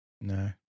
No